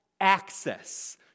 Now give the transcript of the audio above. access